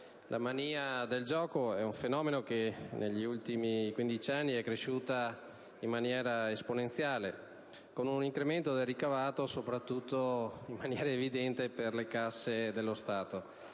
La mania del gioco è un fenomeno che negli ultimi 15 anni è cresciuto in modo esponenziale, con un incremento del ricavato soprattutto per le casse dello Stato.